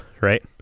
right